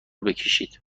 بکشید